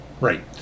Right